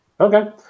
Okay